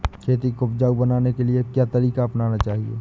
खेती को उपजाऊ बनाने के लिए क्या तरीका अपनाना चाहिए?